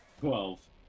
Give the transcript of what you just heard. twelve